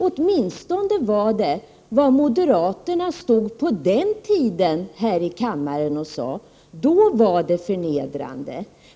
Åtminstone var det vad moderaterna sade här i kammaren på den tiden — då var det förnedrande.